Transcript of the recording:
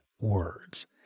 words